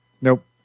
Nope